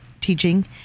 teaching